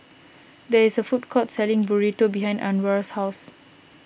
there is a food court selling Burrito behind Anwar's house